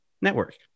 network